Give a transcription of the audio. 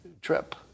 trip